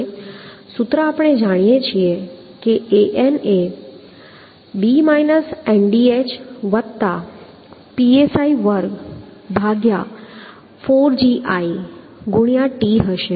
અને સૂત્ર આપણે જાણીએ છીએ કે An એ b ndhPsi24git હશે